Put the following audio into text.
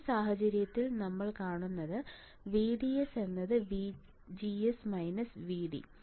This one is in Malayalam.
ഈ സാഹചര്യത്തിൽ നമ്മൾ കാണുന്നത് VDS VGS VD